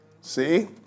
See